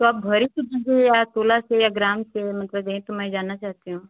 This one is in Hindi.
तो आप भरे को दीजिए या तोला से या ग्राम से मतलब यही तो मैं जानना चाहती हूँ